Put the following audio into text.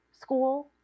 school